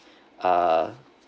uh